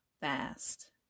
fast